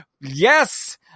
Yes